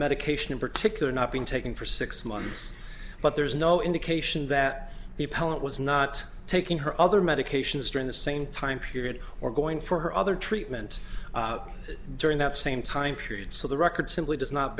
medication in particular not being taken for six months but there's no indication that the appellant was not taking her other medications during the same time period or going for her other treatment during that same time period so the record simply does not